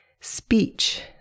speech